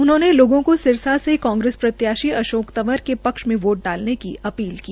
उन्होंने लोगों को सिरसा से कांग्रेस प्रत्याशी अशोक तंवर के क्ष में वोट डालने की अपील की